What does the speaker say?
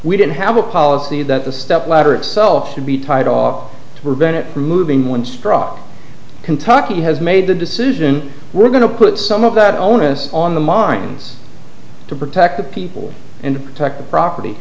we didn't have a policy that the step ladder itself should be tied off to prevent it from moving when struck kentucky has made the decision we're going to put some of that onus on the mines to protect the people and protect the property